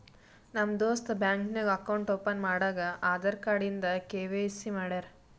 ನಮ್ ದೋಸ್ತ ಬ್ಯಾಂಕ್ ನಾಗ್ ಅಕೌಂಟ್ ಓಪನ್ ಮಾಡಾಗ್ ಆಧಾರ್ ಕಾರ್ಡ್ ಇಂದ ಕೆ.ವೈ.ಸಿ ಮಾಡ್ಯಾರ್